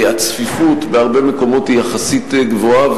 הצפיפות בהרבה מקומות היא יחסית גבוהה,